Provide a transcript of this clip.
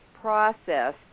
process